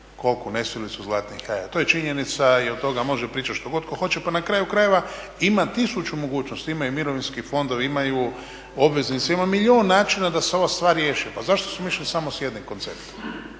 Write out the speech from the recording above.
koku nesilicu zlatnih jaja. To je činjenica i od toga može pričati što god tko hoće. Pa na kraju krajeva ima tisuću mogućnosti. Imaju i mirovinski fondovi, imaju obveznice, ima milijun načina da se ova stvar riješi. Pa zašto smo išli samo sa jednim konceptom?